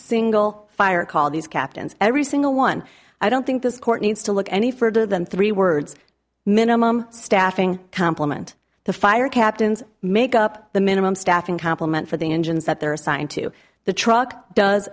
single fire call these captains every single one i don't think this court needs to look any further than three words minimum staffing complement the fire captains make up the minimum staffing compliment for the engines that they're assigned to the truck does